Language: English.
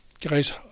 Guys